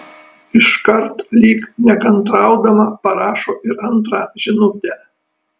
iškart lyg nekantraudama parašo ir antrą žinutę